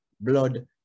blood